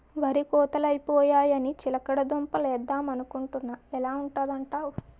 వరి కోతలై పోయాయని చిలకడ దుంప లేద్దమనుకొంటున్నా ఎలా ఉంటదంటావ్?